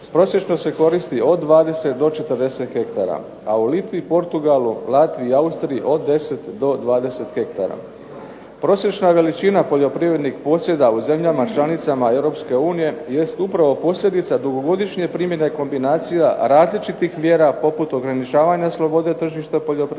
prosječno se koristi od 20 do 40 hektara, a u Litvi, Portugalu, Latviji i Austriji od 10 do 20 hektara. Prosječna poljoprivrednih posjeda u zemljama članicama Europske unije jest upravo posljedica dugogodišnje primjene kombinacija različitih mjera poput ograničavanja slobode tržišta poljoprivrednim